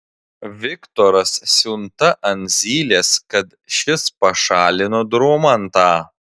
viktoras siunta ant zylės kad šis pašalino dromantą